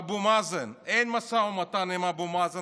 אבו מאזן, אין משא ומתן עם אבו מאזן.